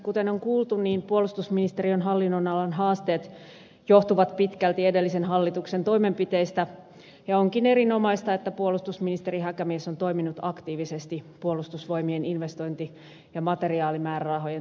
kuten on kuultu niin puolustusministeriön hallinnonalan haasteet johtuvat pitkälti edellisen hallituksen toimenpiteistä ja onkin erinomaista että puolustusministeri häkämies on toiminut aktiivisesti puolustusvoimien investointi ja materiaalimäärärahojen turvaamiseksi